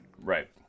Right